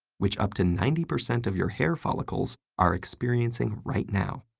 which up to ninety percent of your hair follicles are experiencing right now,